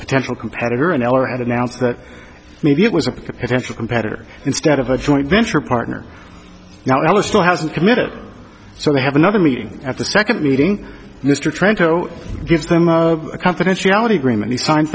potential competitor in l or had announced that maybe it was a potential competitor instead of a joint venture partner now another still hasn't committed so they have another meeting at the second meeting mr trento gives them a competency ality agreement he signs